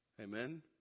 Amen